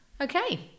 okay